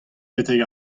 betek